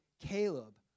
Caleb